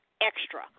extra